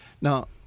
Now